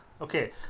Okay